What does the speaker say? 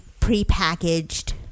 prepackaged